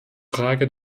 frage